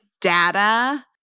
data